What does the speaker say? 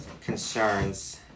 concerns